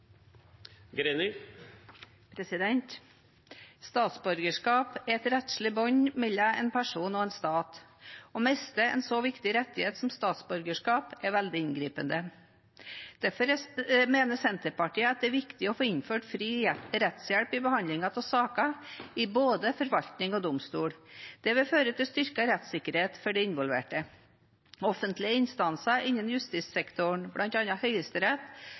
Statsborgerskap er et rettslig bånd mellom en person og en stat. Å miste en så viktig rettighet som statsborgerskap er veldig inngripende. Derfor mener Senterpartiet at det er viktig å få innført fri rettshjelp i behandling av saker i både forvaltning og domstol. Det vil føre til styrket rettssikkerhet for de involverte. Offentlige instanser innen justissektoren, blant andre Høyesterett,